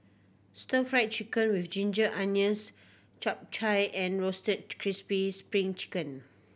Stir Fry Chicken with ginger onions Kway Chap and Roasted Crispy Spring Chicken